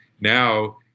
now